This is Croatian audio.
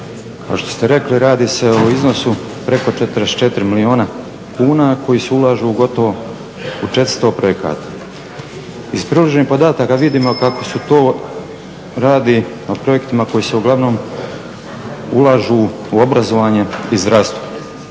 kao što se rekli radi se o iznosu preko 44 milijuna kuna koji se ulažu u gotovo 400 projekata. Iz priloženih podataka vidimo kako se to radi o projektima koji se uglavnom ulažu u obrazovanje i zdravstvo.